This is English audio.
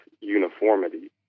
uniformity